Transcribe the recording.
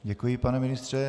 Děkuji, pane ministře.